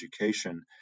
education